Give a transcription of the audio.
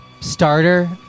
starter